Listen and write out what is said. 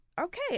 Okay